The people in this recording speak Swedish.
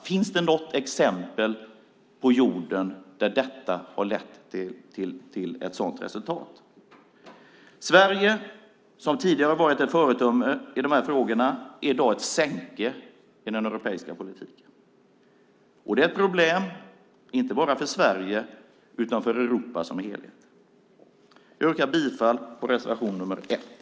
Finns det något exempel här på jorden på att ett sådant samhälle har lett till det? Sverige, som tidigare har varit ett föredöme i de här frågorna, är i dag ett sänke i den europeiska politiken. Det är ett problem inte bara för Sverige utan för Europa som helhet. Jag yrkar bifall till reservation 1.